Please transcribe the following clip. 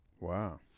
Wow